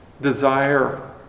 desire